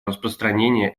распространения